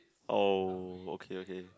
oh okay okay